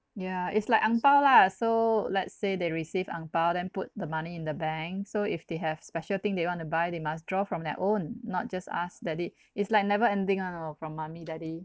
yeah it's like ang pow lah so let's say they receive ang pow then put the money in the bank so if they have special thing they want to buy they must draw from their own not just ask daddy it's like never ending [one] orh from mummy daddy